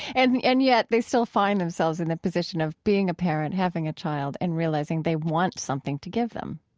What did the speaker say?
and and yet they still find themselves in a position of being a parent, having a child, and realizing they want something to give them.